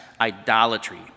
idolatry